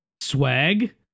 swag